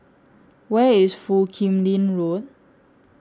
Where IS Foo Kim Lin Road